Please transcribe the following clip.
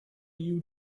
you